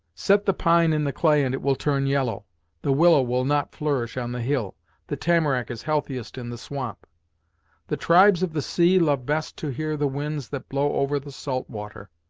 set the pine in the clay and it will turn yellow the willow will not flourish on the hill the tamarack is healthiest in the swamp the tribes of the sea love best to hear the winds that blow over the salt water.